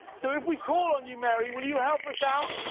so if we call on you mary will you help us out?